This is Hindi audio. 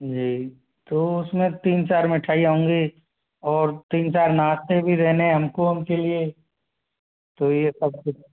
जी तो उसमें तीन चार मिठाइयाँ होंगी और तीन चार नाश्ते भी रहने हमको उनके लिए तो ये सब कुछ